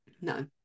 No